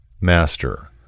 Master